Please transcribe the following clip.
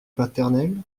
paternelle